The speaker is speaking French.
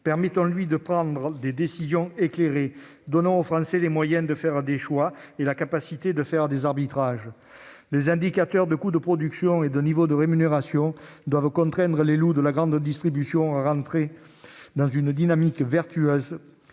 Permettons-lui de prendre des décisions éclairées. Donnons aux Français les moyens de faire des choix et la capacité de réaliser des arbitrages. Les indicateurs de coût de production et de niveau de rémunération doivent contraindre les loups de la grande distribution à entrer dans une dynamique vertueuse